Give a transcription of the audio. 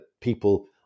people